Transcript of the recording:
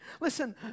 Listen